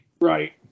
Right